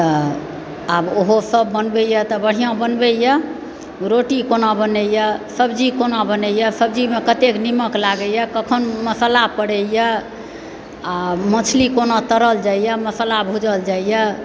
तऽ आब ओहो सब बनबैया तऽ बढ़िआँ बनबैया रोटी कोना बनैया सब्ज़ी कोना बनैया सब्जीमे कतेक नीमक लागैया कखन मसल्ला पड़ैया आ मछली कोना तरल जाइए मसल्ला भूजल जाइए